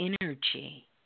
energy